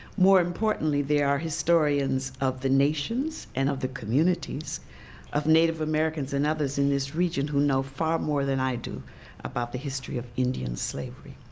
more importantly, they are historians of the nations and of the communities of native americans and others in this region who know far more than i do about the history of indian slavery.